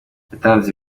yatanze